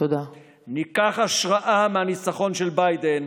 ניקח השראה מהניצחון של ביידן.